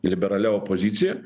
liberalia opozicija